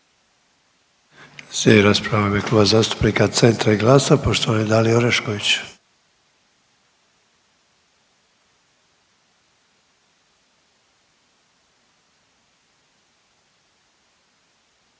Slijedi rasprava Kluba zastupnika Centra i Glasa, poštovana Dalija Orešković.